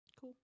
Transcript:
Cool